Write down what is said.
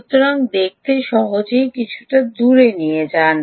সুতরাং দেখতে সহজেই কিছুটা দূরে নিয়ে যান